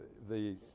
the